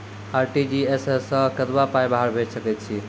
RTGS सअ कतबा पाय बाहर भेज सकैत छी?